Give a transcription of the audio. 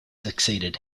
succeeded